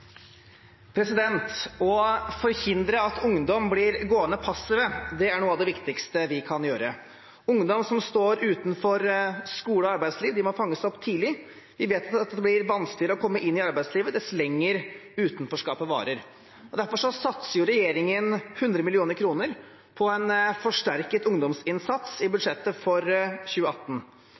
av det viktigste vi kan gjøre. Ungdom som står utenfor skole og arbeidsliv, må fanges opp tidlig. Vi vet at det blir vanskeligere å komme inn i arbeidslivet dess lenger utenforskapet varer. Derfor satser regjeringen 100 mill. kr på en forsterket ungdomsinnsats i budsjettet for 2018.